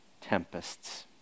tempests